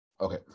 Okay